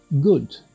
good